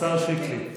השר שיקלי.